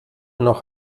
noch